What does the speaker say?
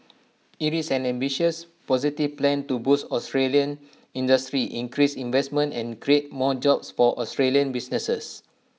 IT is an ambitious positive plan to boost Australian industry increase investment and create more jobs for Australian businesses